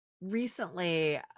recently